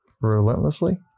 relentlessly